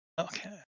Okay